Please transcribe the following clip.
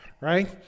right